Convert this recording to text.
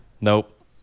Nope